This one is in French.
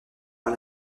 par